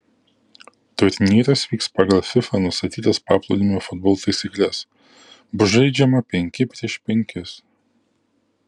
turnyras vyks pagal fifa nustatytas paplūdimio futbolo taisykles bus žaidžiama penki prieš penkis